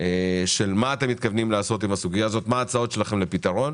מה אתם מתכוונים לעשות בסוגייה הזאת ומה ההצעות שלכם לפתרון.